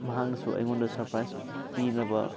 ꯃꯍꯥꯛꯅꯁꯨ ꯑꯩꯉꯣꯟꯗ ꯁꯔꯄ꯭ꯔꯥꯏꯁ ꯄꯤꯅꯕ